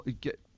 get